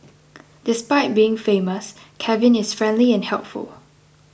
despite being famous Kevin is friendly and helpful